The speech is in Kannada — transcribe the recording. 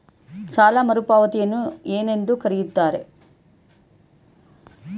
ಸಾಲ ಮರುಪಾವತಿಯನ್ನು ಏನೆಂದು ಕರೆಯುತ್ತಾರೆ?